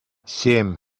семь